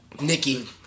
Nikki